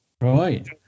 Right